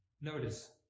Notice